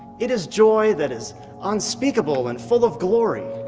it is joy that is unspeakable and full of glory.